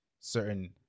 certain